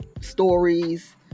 stories